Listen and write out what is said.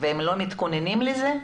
והם לא מתכוננים לזה?